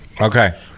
Okay